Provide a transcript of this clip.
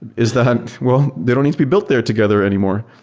is that well, they don't need to be built there together anymore.